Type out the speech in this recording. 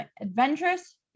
Adventurous